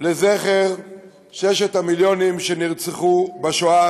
לזכר ששת המיליונים שנרצחו בשואה,